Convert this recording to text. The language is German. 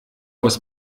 aus